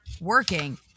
working